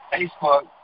Facebook